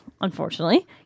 unfortunately